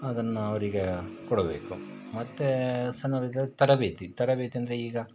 ಅದನ್ನು ಅವರಿಗೆ ಕೊಡಬೇಕು ಮತ್ತು ಸಣ್ಣವರಿಗೆ ತರಬೇತಿ ತರಬೇತಿ ಅಂದರೆ ಈಗ